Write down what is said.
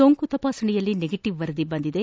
ಸೋಂಕು ತಪಾಸಣೆಯಲ್ಲಿ ನೆಗೆಟವ್ ವರದಿ ಬಂದಿದೆ